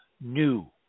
new